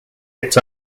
its